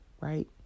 right